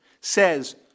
says